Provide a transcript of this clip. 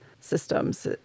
systems